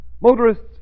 Motorists